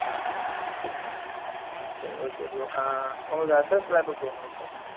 ஆ ஆ சரி okay bro உங்களோடய அட்ரஸ்லாம் எப்போ ப்ரோ எங்களுக்கு ஷேர் பண்ணுவீங்கள்